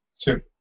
two